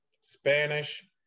Spanish